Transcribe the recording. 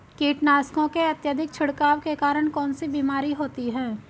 कीटनाशकों के अत्यधिक छिड़काव के कारण कौन सी बीमारी होती है?